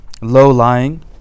low-lying